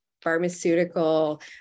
pharmaceutical